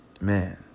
Man